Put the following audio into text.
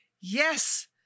Yes